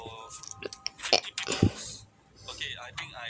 eh